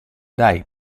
dai